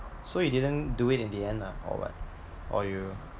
so you didn't do it in the end lah or what or you